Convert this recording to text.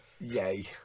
Yay